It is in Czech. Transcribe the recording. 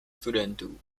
studentů